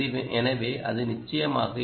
எனவே அது நிச்சயமாக இருக்கும்